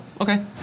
okay